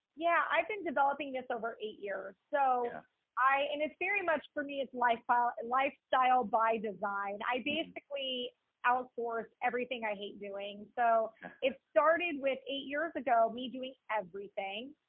yeah. i've been developing this over eight years. so i, and it's very much for me. it's, lifestyle and lifestyle by design. i basically outsource everything i hate doing. so it started with eight years ago, me doing everything,